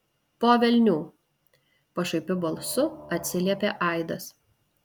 po velnių pašaipiu balsu atsiliepė aidas